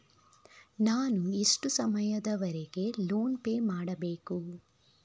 ನಾನು ಎಷ್ಟು ಸಮಯದವರೆಗೆ ಲೋನ್ ಪೇ ಮಾಡಬೇಕು?